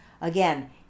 again